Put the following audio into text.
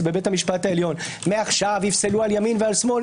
בבית המשפט העליון מעכשיו יפסלו על ימין ועל שמאל.